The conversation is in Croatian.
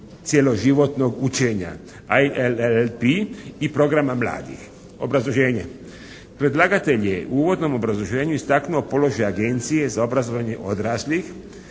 se ne razumije./ i programa mladih". Obrazloženje. Predlagatelj je u uvodnom obrazloženju istaknuo položaj Agencije za obrazovanje odraslih,